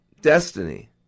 destiny